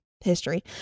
history